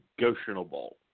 negotiable